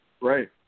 Right